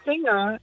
Singer